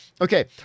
Okay